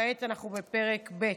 וכעת אנחנו בפרק ב'.